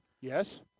Yes